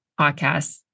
podcast